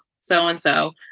so-and-so